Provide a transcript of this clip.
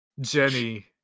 Jenny